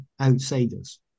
outsiders